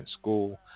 school